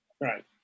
Right